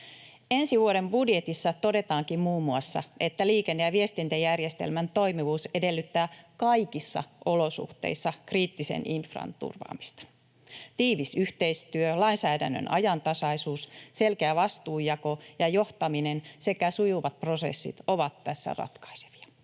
Ensi vuoden budjetissa todetaankin muun muassa, että liikenne- ja viestintäjärjestelmän toimivuus edellyttää kaikissa olosuhteissa kriittisen infran turvaamista. Tiivis yhteistyö, lainsäädännön ajantasaisuus, selkeä vastuunjako ja johtaminen sekä sujuvat prosessit ovat tässä ratkaisevia.